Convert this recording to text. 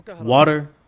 water